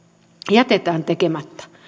jätetään tekemättä